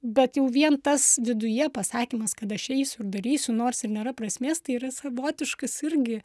bet jau vien tas viduje pasakymas kad aš eisiu ir darysiu nors ir nėra prasmės tai yra savotiškas irgi